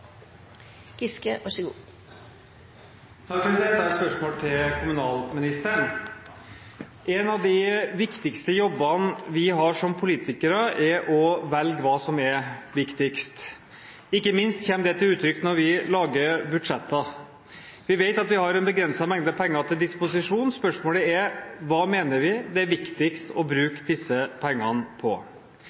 Jeg har et spørsmål til kommunalministeren. En av de viktigste jobbene vi har som politikere, er å velge hva som er viktigst. Ikke minst kommer det til uttrykk når vi lager budsjetter. Vi vet at vi har en begrenset mengde penger til disposisjon. Spørsmålet er: Hva mener vi det er viktigst å bruke disse pengene på?